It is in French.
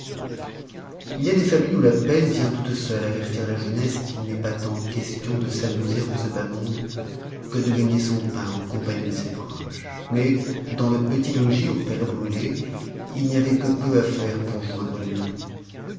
il y a des familles où la peine vient toute seule avertir la jeunesse qu'il n'est pas tant question de s'amuser en ce bas monde que de gagner son pain en compagnie de ses proches mais dans le petit logis au père brulet il n'y avait que peu à faire pour joindre les deux bouts